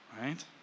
Right